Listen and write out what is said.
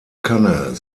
kanne